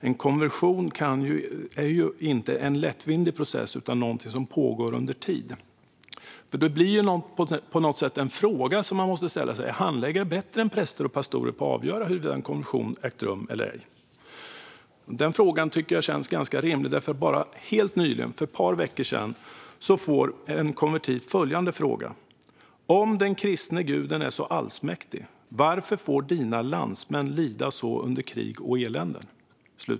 En konversion är inte en lättvindig process utan någonting som pågår under en tid. Man måste ställa sig frågan: Är handläggare bättre än präster och pastorer på att avgöra huruvida en konversion ägt rum eller ej? Jag tycker att den frågan känns ganska rimlig. Helt nyligen, för bara ett par veckor sedan, fick en konvertit följande fråga: Om den kristne guden är så allsmäktig, varför får dina landsmän lida så under krig och elände?